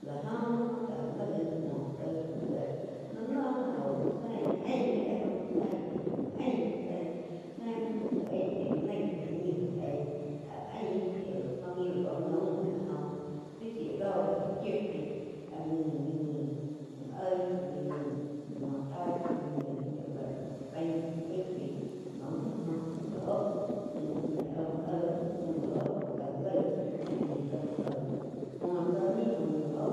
La joh muo cáh laig muo laig tsá kieg láh no jo sein íh ain gi áh óh sein shiu óh ji ain gi sein se muo tsá kieg íh naih tá ñih lá jei íh ain shiu soin ji la bá jaum áh óh deh ti shiu dóh gi áh chiu jain áh ngi ni ngi múg oig tsá ni ngi muo taig tsá ni ngi shia la pain tsá pei chaí tsá có mju joh mju loh áh uh eh muo tsáh muo loh káh laig áh ñih tsá úh oig tsá muo tsá uh ñi aum loh.